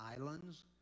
islands